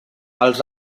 els